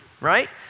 right